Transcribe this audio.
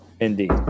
indeed